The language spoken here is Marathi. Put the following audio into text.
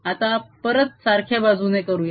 आता परत सारख्या बाजूने करूया